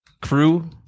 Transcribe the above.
Crew